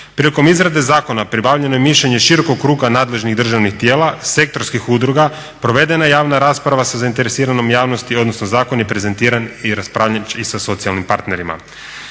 Prilikom izrade zakona pribavljeno je mišljenje širokog kruga nadležnih državnih tijela, sektorskih udruga, provedena je javna rasprava sa zainteresiranom javnosti odnosno zakon je prezentiran i raspravljen i sa socijalnim partnerima.